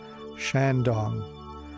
Shandong